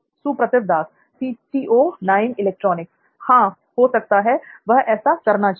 सुप्रतिव दास हो सकता है वो ऐसा करना चाहे